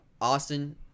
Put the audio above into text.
Austin